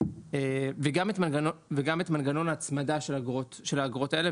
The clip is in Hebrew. וגם את מנגנון ההצמדה של האגרות האלה,